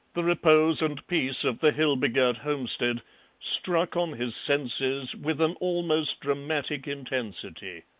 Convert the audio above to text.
the repose and peace of the hill-begirt homestead struck on his senses with an almost dramatic intensity.